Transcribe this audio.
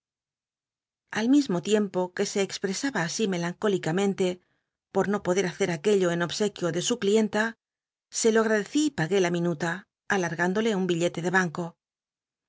al mismo tiempo que se expresaba así melancólicamente por no poder hacer aquello en obsequio de su clienla se lo agradecí y p gué la minuta alargándole un billete de banco